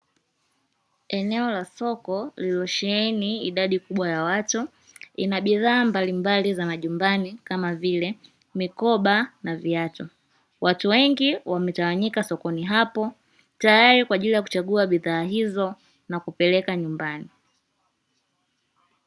Eneo la soko lililosheheni idadi kubwa ya watu linabidhaa mbalimbali kama vile:- mikoba na viatu. Watu wengi wametawanyika sokoni hapo tayari kwa ajili ya kuchagua bidhaa hizo na kupeleka nyumbani.